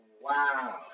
Wow